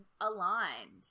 aligned